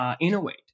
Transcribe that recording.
Innovate